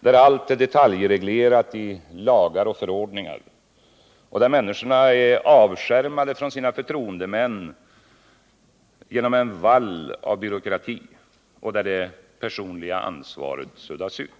där allt är detaljreglerat i lagar och förordningar, där människorna är avskärmade från sina förtroendemän med en vall av byråkrati och där det personliga ansvaret suddas ut.